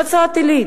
נצרת-עילית,